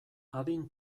adin